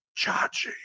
Chachi